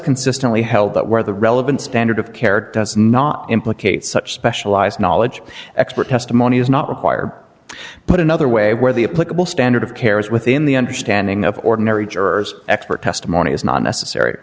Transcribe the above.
consistently held that where the relevant standard of care does not implicate such specialized knowledge expert testimony is not required but another way where the a political standard of care is within the understanding of ordinary jurors expert testimony is not necessary